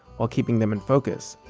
while keeping them in focus